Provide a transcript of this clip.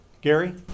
Gary